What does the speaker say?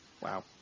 Wow